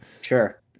Sure